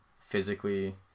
physically